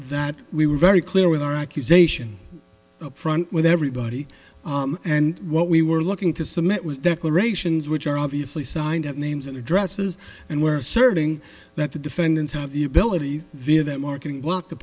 that we were very clear with our accusation up front with everybody and what we were looking to submit was declarations which are obviously signed up names and addresses and were serving that the defendants have the ability via that marketing